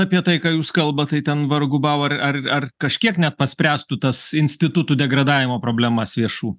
apie tai ką jūs kalbat tai ten vargu bau ar ar ar kažkiek net paspręstų tas institutų degradavimo problemas viešų